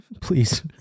Please